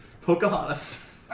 Pocahontas